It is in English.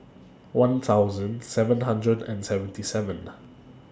one thousand seven hundred and seventy seven